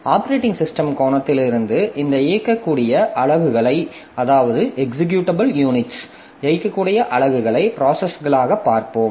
operating system கோணத்திலிருந்து இந்த இயங்கக்கூடிய அலகுகளை ப்ராசஸ்களாகப் பார்ப்போம்